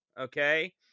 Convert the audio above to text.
Okay